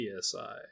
PSI